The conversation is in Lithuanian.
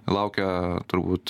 laukia turbūt